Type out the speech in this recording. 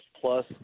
plus